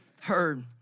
heard